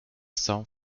some